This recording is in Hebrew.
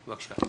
בבקשה.